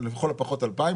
לכל הפחות 2,000,